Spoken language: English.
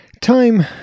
time